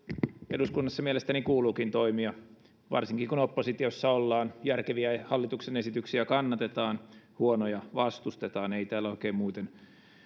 eduskunnassa mielestäni kuuluukin toimia varsinkin kun oppositiossa ollaan järkeviä hallituksen esityksiä kannatetaan huonoja vastustetaan ei täällä oikein